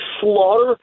slaughter